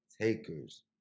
takers